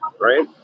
Right